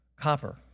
copper